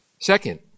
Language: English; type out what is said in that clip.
Second